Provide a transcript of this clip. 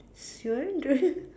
sure